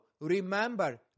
remember